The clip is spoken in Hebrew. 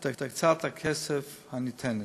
את הקצאת הכסף הניתנת.